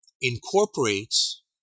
incorporates